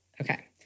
Okay